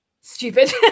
stupid